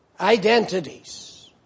identities